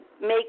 make